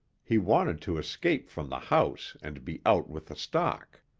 he wanted to escape from the house and be out with the stock.